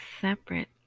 separate